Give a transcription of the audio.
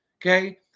okay